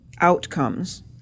outcomes